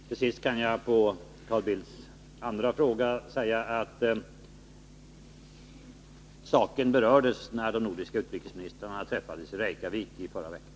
Till sist kan jag på Carl Bildts andra fråga svara att saken berördes när de nordiska utrikesministrarna träffades i Reykjavik i förra veckan.